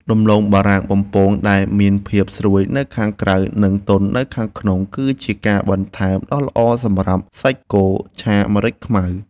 ដំឡូងបារាំងបំពងដែលមានភាពស្រួយនៅខាងក្រៅនិងទន់នៅខាងក្នុងគឺជាការបន្ថែមដ៏ល្អសម្រាប់សាច់គោឆាម្រេចខ្មៅ។